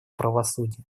правосудия